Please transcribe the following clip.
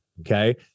Okay